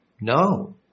No